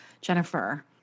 Jennifer